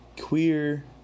queer